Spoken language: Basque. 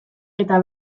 eta